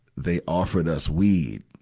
they offered us weed.